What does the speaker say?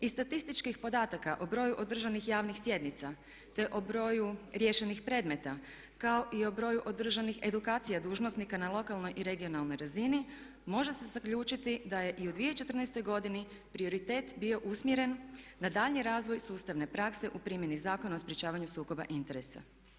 Iz statističkih podataka o broju održanih javnih sjednica te o broju riješenih predmeta kao i o broju održanih edukacija dužnosnika na lokalnoj i regionalnoj razini može se zaključiti da je i u 2014. godini prioritet bio usmjeren na daljnji razvoj sustavne prakse u primjeni Zakona o sprječavanju sukoba interesa.